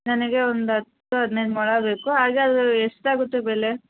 ನನಗೆ ಒಂದು ಹತ್ತು ಹದಿನೈದು ಮೊಳ ಬೇಕು ಅದು ಎಷ್ಟಾಗತ್ತೆ ಬೆಲೆ